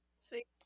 Sweet